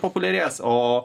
populiarės o